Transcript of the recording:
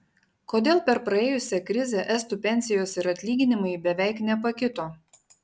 kodėl per praėjusią krizę estų pensijos ir atlyginimai beveik nepakito